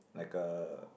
like uh